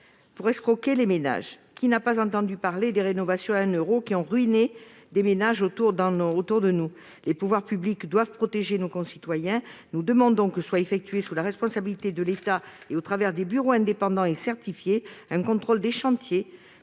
pour escroquer les ménages. Qui n'a pas entendu parler des rénovations à un euro qui ont ruiné certains ménages autour de nous ? Les pouvoirs publics doivent protéger nos concitoyens. Nous demandons donc que soit effectué, sous la responsabilité de l'État, et au travers de bureaux indépendants et certifiés, un contrôle des chantiers.